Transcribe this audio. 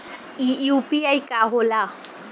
ई यू.पी.आई का होला?